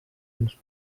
dels